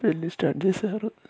పెళ్లి స్టార్ట్ చేసారు